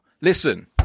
Listen